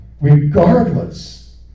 regardless